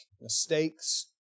mistakes